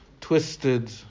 twisted